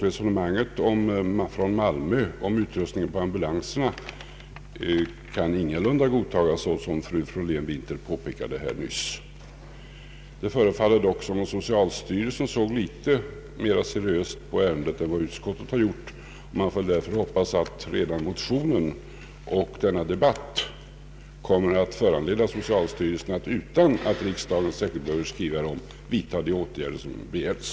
Resonemanget från Malmö om ambulansernas utrustning kan ingalunda godtas, som fru Florén-Winther nyss påpekade. Det förefaller dock som om socialstyrelsen såg litet mera seriöst på ärendet än vad utskottet har gjort. Man får därför hoppas att motionen och denna debatt kommer att föranleda socialstyrelsen att — utan att riksdagen särskilt behöver skriva därom — vidta de åtgärder som begärts.